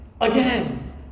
again